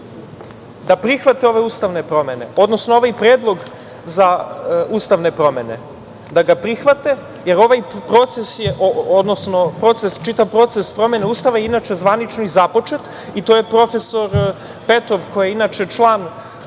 da prihvate ove ustavne promene, odnosno ovaj predlog za ustavne promene da prihvate, jer ovaj proces je, čitav proces promene Ustava je inače zvanično i započet i to je profesor Petrov, koji je inače član